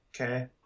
Okay